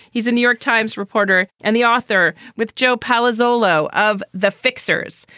he's a new york times reporter and the author with joe palca zollo of the fixers,